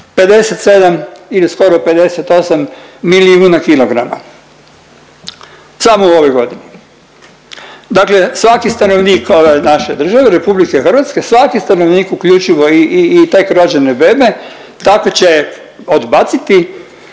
57 ili skoro 58 milijuna kilograma, samo u ovoj godini. Dakle, svaki stanovnik ove naše države RH, svaki stanovnik uključivo i tek rođene bebe tako će odbaciti